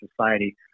society